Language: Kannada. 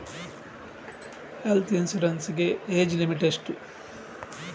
ಹೆಲ್ತ್ ಇನ್ಸೂರೆನ್ಸ್ ಗೆ ಏಜ್ ಲಿಮಿಟ್ ಎಷ್ಟು?